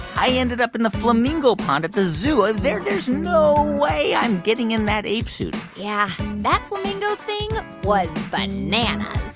i ended up in the flamingo pond at the zoo. ah there's there's no way i'm getting in that ape suit yeah, that flamingo thing was bananas